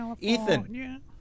Ethan